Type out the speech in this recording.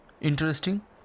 Interesting